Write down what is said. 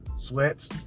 sweats